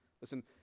Listen